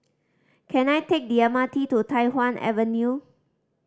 can I take the M R T to Tai Hwan Avenue